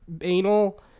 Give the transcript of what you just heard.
anal